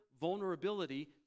vulnerability